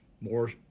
more